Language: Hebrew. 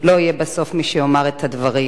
לא יהיה בסוף מי שיאמר את הדברים,